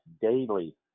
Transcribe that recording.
daily